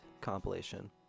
compilation